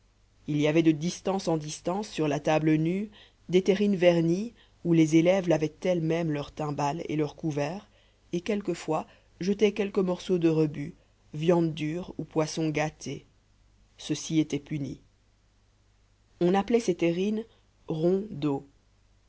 il y avait de distance en distance sur la table nue des terrines vernies où les élèves lavaient elles-mêmes leur timbale et leur couvert et quelquefois jetaient quelque morceau de rebut viande dure ou poisson gâté ceci était puni on appelait ces terrines ronds